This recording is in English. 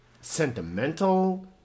sentimental